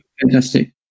fantastic